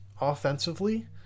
offensively